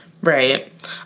right